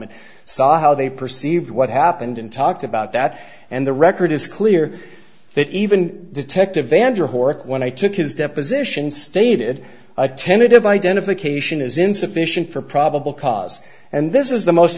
saw how they perceived what happened and talked about that and the record is clear that even detective vander horak when i took his deposition stated a tentative identification is insufficient for probable cause and this is the most